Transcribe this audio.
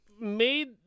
made